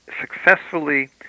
successfully